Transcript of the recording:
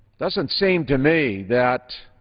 doesn't seem to me that